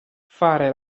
fare